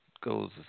goes